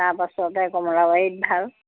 তাৰপাছতে কমলাবাৰীত ভাল